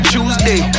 Tuesday